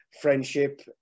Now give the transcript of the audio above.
friendship